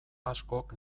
askok